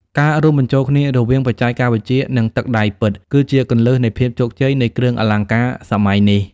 ការរួមបញ្ចូលគ្នារវាងបច្ចេកវិទ្យា និងទឹកដៃពិត គឺជាគន្លឹះនៃភាពជោគជ័យនៃគ្រឿងអលង្ការសម័យនេះ។